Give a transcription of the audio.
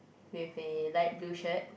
with a light blue shirt